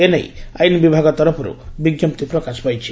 ଏ ନେଇ ଆଇନ ବିଭାଗ ତରଫରୁ ବିଙ୍କପ୍ତି ପ୍ରକାଶ ପାଇଛି